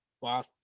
Wow